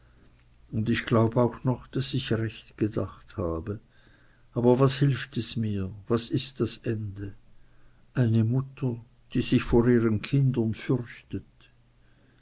und ich glaub auch noch daß ich recht gedacht habe aber was hilft es mir was ist das ende eine mutter die sich vor ihren kindern fürchtet